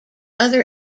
other